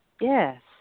Yes